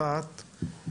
אחת,